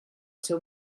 seu